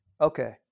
Okay